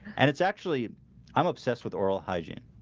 and it's actually i'm obsessed with oral hygiene